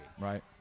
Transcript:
Right